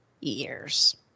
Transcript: years